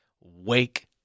wake